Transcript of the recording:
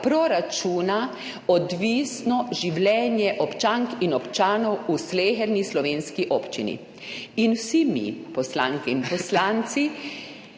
proračuna odvisno življenje občank in občanov v sleherni slovenski občini in vsi mi, poslanke in poslanci,